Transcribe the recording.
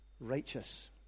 righteous